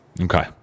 okay